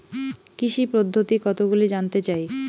কৃষি পদ্ধতি কতগুলি জানতে চাই?